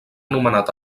nomenat